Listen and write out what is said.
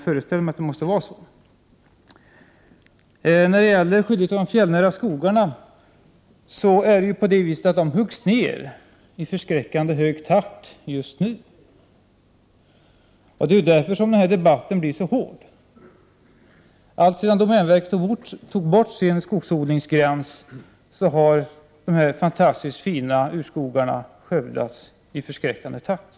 När det gäller skyddet av de fjällnära skogarna vill jag säga att dessa skogar just nu huggs ned i förskräckande hög takt. Det är därför den här debatten blir så hård. Alltsedan domänverket tog bort sin skogsodlingsgräns har dessa fantastiskt fina urskogar skövlats i förskräckande takt.